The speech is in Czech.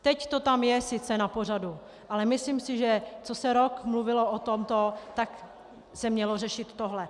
Teď to tam je sice na pořadu, ale myslím si, že jak se rok mluvilo o tomto, tak se mělo řešit tohle.